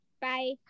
bye